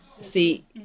see